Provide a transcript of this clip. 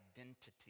identity